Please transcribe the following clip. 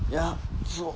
ya so